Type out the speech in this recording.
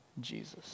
Jesus